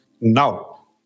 Now